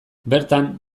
bertan